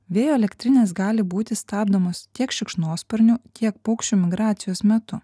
vėjo elektrinės gali būti stabdomos tiek šikšnosparnių tiek paukščių migracijos metu